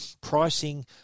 Pricing